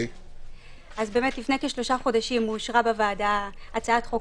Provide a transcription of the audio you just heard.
לפני כשלושה חודשים אושרה בוועדה הצעת חוק